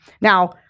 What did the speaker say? Now